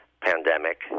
pandemic